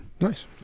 Nice